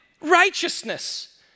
righteousness